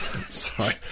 Sorry